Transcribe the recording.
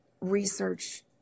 research